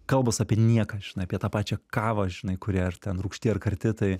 kalbos apie nieką žinai apie tą pačią kavą žinai kuri ar ten rūgšti ar karti tai